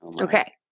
Okay